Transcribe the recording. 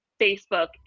facebook